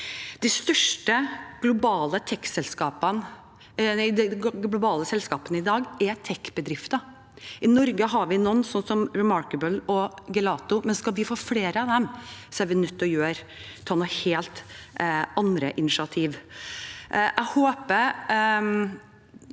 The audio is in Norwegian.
De største globale selskapene i dag er tek-bedrifter. I Norge har vi noen, som Remarkable og Gelato, men skal vi få flere av dem, er vi nødt til å ta helt andre initiativ.